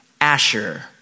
Asher